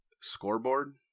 scoreboard